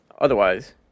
Otherwise